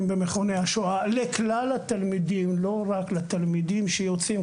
במכוני השואה לכלל התלמידים ולא רק לתלמידים שיוצאים.